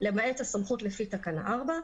למעט הסמכות לפי תקנה 4,